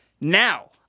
Now